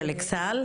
של אכסאל.